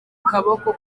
kaboko